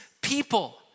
people